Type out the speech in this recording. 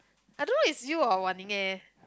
I don't know is you or wan ning eh